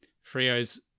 Frio's